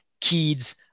kids